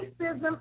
racism